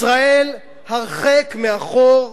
ישראל הרחק מאחור,